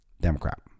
Democrat